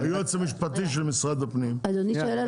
היועץ המשפטי של משרד הפנים ויגיד לכם